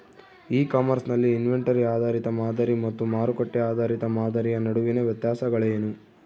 E commerce ನಲ್ಲಿ inventory ಆಧಾರಿತ ಮಾದರಿ ಮತ್ತು ಮಾರುಕಟ್ಟೆ ಆಧಾರಿತ ಮಾದರಿಯ ನಡುವಿನ ವ್ಯತ್ಯಾಸಗಳೇನು?